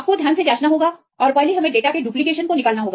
आपको ध्यान से जाँचना होगा और पहले हमें डेटा के डुप्लीकेशन को निकालना होगा